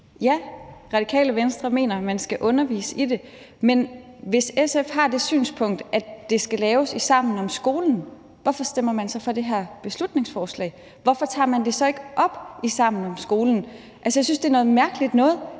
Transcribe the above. Ja, Radikale Venstre mener, at man skal undervise i det. Men hvis SF har det synspunkt, at det skal laves i Sammen om Skolen, hvorfor stemmer man så for det her beslutningsforslag? Hvorfor tager man det så ikke op i Sammen om skolen? Jeg synes, det er noget mærkeligt noget,